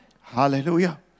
Hallelujah